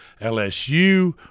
LSU